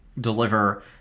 deliver